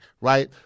right